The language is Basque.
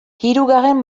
hirugarren